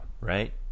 right